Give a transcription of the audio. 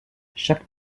chaque